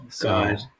God